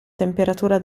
temperatura